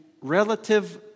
relative